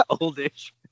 Oldish